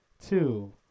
two